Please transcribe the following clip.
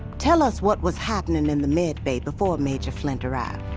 tell us what was happening in the med bay before major flint arrived